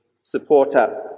supporter